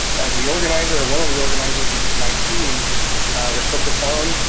as the organizer or one of the organizers of my team that put this on,